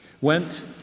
went